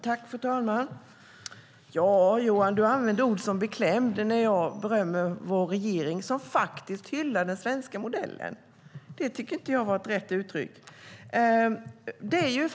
Fru talman! Johan använder ord som beklämd när jag berömmer vår regering, som faktiskt hyllar den svenska modellen. Det tycker inte jag var ett rätt uttryck.